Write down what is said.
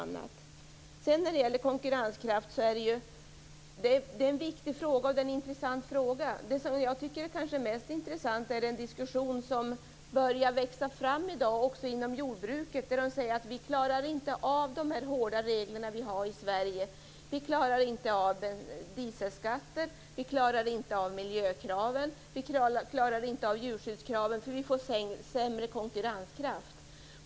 Frågan om konkurrenskraften är både viktig och intressant. Men det som jag kanske tycker är intressantast är den diskussion som i dag börjar växa fram, också inom jordbruket. Man säger: Vi klarar inte av de hårda reglerna i Sverige. Vi klarar inte dieselskatten, miljökraven och djurskyddskraven. Vi får ju därmed sämre konkurrenskraft.